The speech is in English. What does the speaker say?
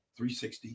360